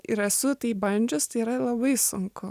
ir esu tai bandžius tai yra labai sunku